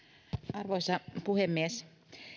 arvoisa puhemies